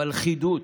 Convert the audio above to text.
בלכידות,